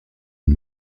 une